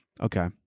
Okay